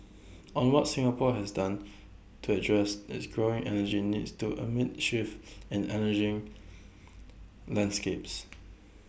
on what Singapore has done to address its growing energy needs to amid shifts in energy landscapes